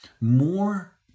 more